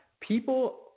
people